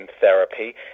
therapy